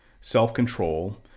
self-control